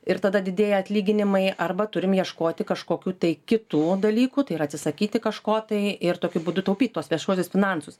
ir tada didėja atlyginimai arba turim ieškoti kažkokių tai kitų dalykų tai yra atsisakyti kažko tai ir tokiu būdu taupyt tuos viešuosius finansus